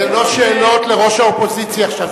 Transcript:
זה לא שאלות לראש האופוזיציה עכשיו.